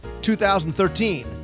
2013